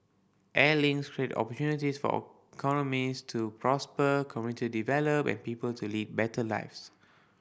air links create opportunities for economies to prosper community develop and people to lead better lives